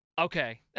Okay